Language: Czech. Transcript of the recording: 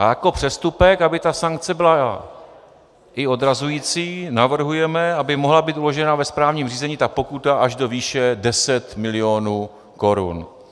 A jako přestupek, aby ta sankce byla i odrazující, navrhujeme, aby mohla být uložena ve správním řízení pokuta až do výše 10 milionů korun.